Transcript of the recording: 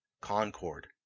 concord